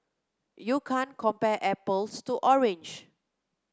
you can't compare apples to orange